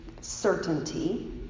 certainty